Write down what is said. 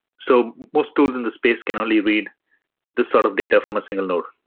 so most tools in the space can only read this sort of data from a single node.